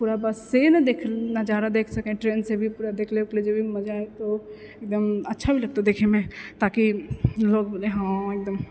पूरा बससे ही ने नजारा देखि सकै हइ ट्रेनसँ भी पूरा देखले उखले जेबए मजा एतौ एकदम अच्छा भी लगितो देखैमे ताकि लोग बोले हँ एकदम